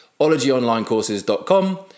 ologyonlinecourses.com